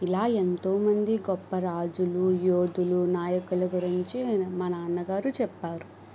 ఇలా ఎంతోమంది గొప్ప రాజులు యోధులు నాయకుల గురించి నేను మా నాన్నగారు చెప్పారు